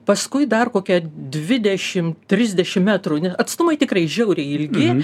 paskui dar kokia dvidešim trisdešim metrų atstumai tikrai žiauriai ilgi